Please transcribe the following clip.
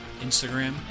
Instagram